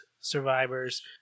survivors